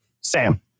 Sam